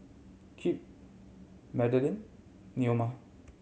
Kip Madelynn Neoma